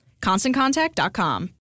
ConstantContact.com